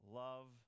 love